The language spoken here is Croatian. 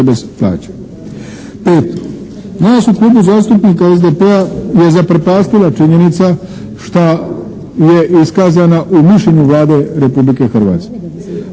Nas u Klubu zastupnika SDP-a je zaprepastila činjenica šta je iskazana u mišljenju Vlade Republike Hrvatske.